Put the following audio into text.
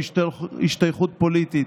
להשתייכות פוליטית.